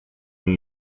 new